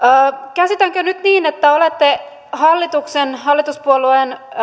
käsitänkö nyt niin että olette hallituksen hallituspuolueen